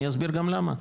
אני אסביר גם למה.